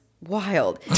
wild